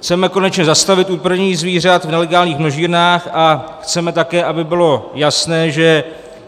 Chceme konečně zastavit utrpení zvířat v nelegálních množírnách a chceme také, aby bylo jasné, že